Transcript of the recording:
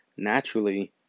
Naturally